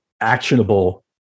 Actionable